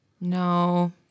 no